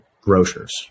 grocers